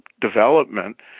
development